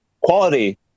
quality